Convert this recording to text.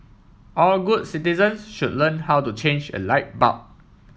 all good citizens should learn how to change a light bulb